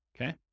Okay